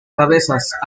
cabezas